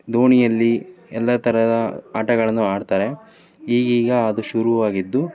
ದೋಣಿಯಲ್ಲಿ ಎಲ್ಲ ಥರದ ಆಟಗಳನ್ನು ಆಡ್ತಾರೆ ಈಗೀಗ ಅದು ಶುರು ಆಗಿದ್ದು